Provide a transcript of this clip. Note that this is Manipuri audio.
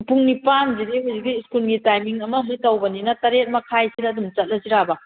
ꯄꯨꯡ ꯅꯤꯄꯥꯟꯁꯤꯗꯤ ꯍꯧꯖꯤꯛꯀꯤ ꯁ꯭ꯀꯨꯜꯒꯤ ꯇꯥꯏꯃꯤꯡ ꯑꯃ ꯑꯃ ꯇꯧꯕꯅꯤꯅ ꯇꯔꯦꯠ ꯃꯈꯥꯏꯁꯤꯗ ꯑꯗꯨꯝ ꯆꯠꯂꯁꯤꯔꯕ